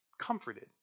Comforted